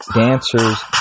dancers